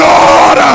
God